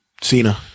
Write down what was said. Cena